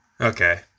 Okay